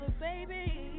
baby